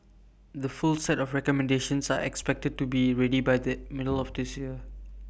the full set of recommendations are expected to be ready by the middle of this year